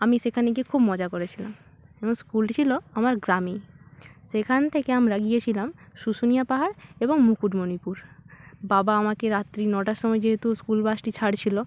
আমি সেখানে গিয়ে খুব মজা করেছিলাম স্কুলটি ছিলো আমার গ্রামে সেখান থেকে আমরা গিয়েছিলাম শুশুনিয়া পাহাড় এবং মুকুটমণিপুর বাবা আমাকে রাত্রি নটার সময় যেহেতু স্কুল বাসটি ছাড়ছিলো